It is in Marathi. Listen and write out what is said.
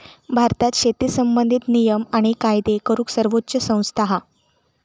भारतात शेती संबंधित नियम आणि कायदे करूक सर्वोच्च संस्था हा